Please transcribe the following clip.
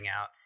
out